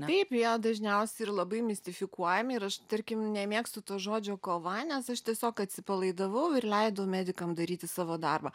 taip jie dažniausi ir labai mistifikuojami ir aš tarkim nemėgstu to žodžio kova nes aš tiesiog atsipalaidavau ir leidau medikam daryti savo darbą